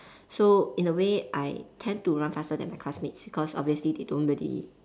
so in a way I tend to run faster than my classmates because obviously they don't really